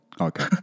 Okay